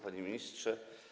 Panie Ministrze!